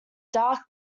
dark